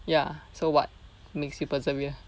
ya so what makes you persevere